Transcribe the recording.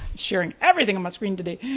sharing everything on my screen today.